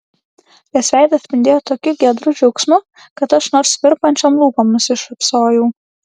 jos veidas spindėjo tokiu giedru džiaugsmu kad aš nors virpančiom lūpom nusišypsojau